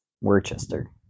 Worcester